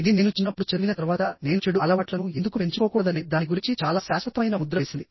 ఇది నేను చిన్నప్పుడు చదివిన తర్వాత నేను చెడు అలవాట్లను ఎందుకు పెంచుకోకూడదనే దాని గురించి చాలా శాశ్వతమైన ముద్ర వేసింది